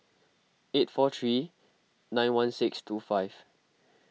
eight four three nine one six two five